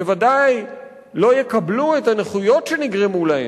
בוודאי לא יקבלו את הנכויות שנגרמו להם.